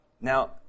Now